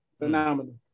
Phenomenal